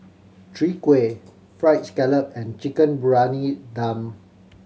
Chwee Kueh Fried Scallop and Chicken Briyani Dum